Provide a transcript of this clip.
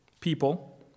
people